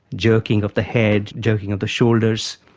jerking of the head, jerking of the shoulders.